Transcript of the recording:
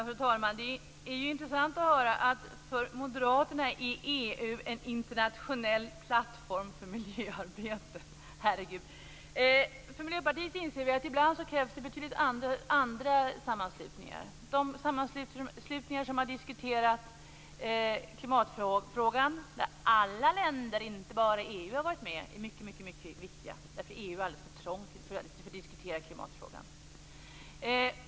Fru talman! Det är intressant att höra att moderaterna ser EU som en internationell plattform för miljöarbete. Herregud! Från Miljöpartiet inser vi att det ibland krävs andra sammanslutningar. De sammanslutningar där man har diskuterat klimatfrågan och där alla länder varit med, inte bara EU, är mycket viktiga. EU är alldeles för trångt för en diskussion om klimatfrågan.